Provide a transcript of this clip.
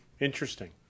Interesting